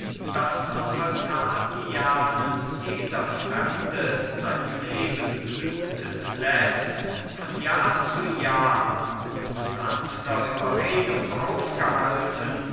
daß am altar dianens jeder fremde sein leben blutend läßt von jahr zu jahr mit sanfter überredung aufgehalten